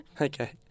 Okay